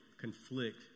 conflict